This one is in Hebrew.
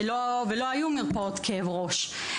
ולא היו מרפאות כאב ראש.